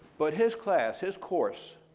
but his class, his course,